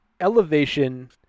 Elevation